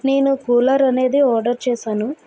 నేను కూలర్ అనేది ఆర్డర్ చేశాను